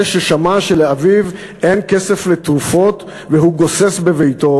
ששמע שלאביו אין כסף לתרופות והוא גוסס בביתו,